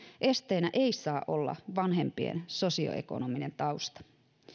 esteenä ei saa olla vanhempien sosioekonominen tausta